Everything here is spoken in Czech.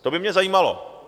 To by mě zajímalo.